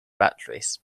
batteries